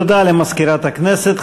תודה למזכירת הכנסת.